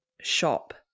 shop